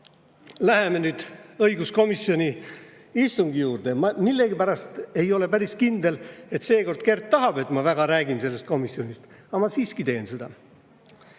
läheme nüüd õiguskomisjoni istungi juurde. Ma millegipärast ei ole päris kindel, et seekord Kert tahab, et ma väga räägiks sellest komisjoni [istungist], aga ma siiski teen seda.